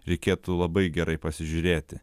reikėtų labai gerai pasižiūrėti